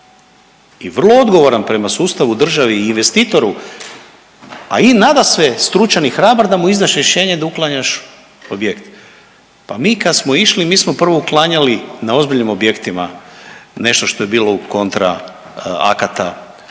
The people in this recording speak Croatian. i vrlo odgovoran prema sustavu, državi i investitoru, a i nadasve, stručan i hrabar da mu izdaš rješenje da uklanjaš objekt. Pa mi kad smo išli, mi smo prvo uklanjali na ozbiljnim objektima nešto što je bilo u kontra akata